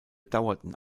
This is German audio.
dauerten